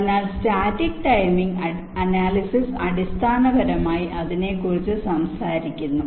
അതിനാൽ static timing analysis അടിസ്ഥാനപരമായി അതിനെക്കുറിച്ച് സംസാരിക്കുന്നു